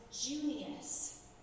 Junius